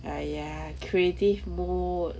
ah ya creative mode